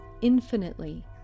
infinitely